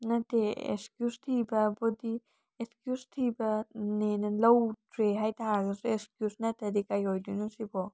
ꯅꯠꯇꯦ ꯑꯦꯛꯁꯀ꯭ꯌꯨꯁ ꯊꯤꯕꯕꯨꯗꯤ ꯑꯦꯛꯁꯀ꯭ꯌꯨꯁ ꯊꯤꯕꯅꯦꯅ ꯂꯧꯗ꯭ꯔꯦ ꯍꯥꯏꯕ ꯇꯥꯔꯒꯁꯨ ꯑꯦꯛꯁꯀ꯭ꯌꯨꯁ ꯅꯠꯇ꯭ꯔꯗꯤ ꯀꯩ ꯑꯣꯏꯗꯣꯏꯅꯣ ꯁꯤꯕꯣ